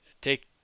take